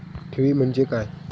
ठेवी म्हटल्या काय?